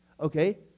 Okay